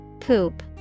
Poop